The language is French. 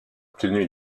obtenu